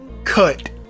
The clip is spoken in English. Cut